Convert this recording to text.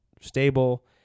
stable